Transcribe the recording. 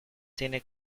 tiene